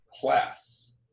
class